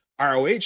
ROH